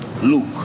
Luke